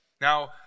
Now